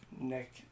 Nick